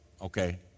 okay